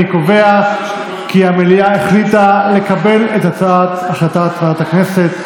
אני קובע כי המליאה החליטה לקבל את הצעת החלטת ועדת הכנסת.